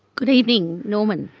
good evening norman.